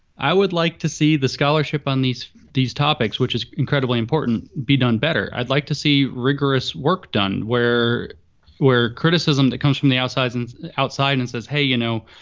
i would like to see the scholarship on these these topics, which is incredibly important, be done better. i'd like to see rigorous work done, where where criticism that comes from the outside and outside and says, hey, you know,